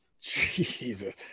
Jesus